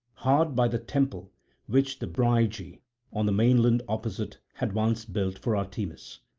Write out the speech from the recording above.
hard by the temple which the brygi on the mainland opposite had once built for artemis.